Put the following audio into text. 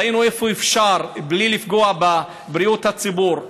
ראינו איפה אפשר לשנות דברים בלי לפגוע בבריאות הציבור,